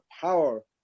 power